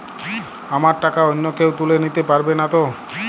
আমার টাকা অন্য কেউ তুলে নিতে পারবে নাতো?